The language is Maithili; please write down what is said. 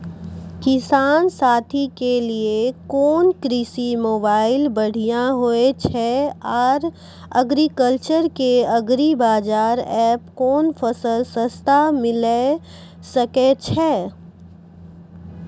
किसान साथी के लिए कोन कृषि मोबाइल बढ़िया होय छै आर एग्रीकल्चर के एग्रीबाजार एप कोन फसल सस्ता मिलैल सकै छै?